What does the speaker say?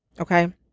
okay